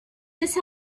this